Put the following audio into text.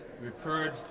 referred